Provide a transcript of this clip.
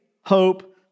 hope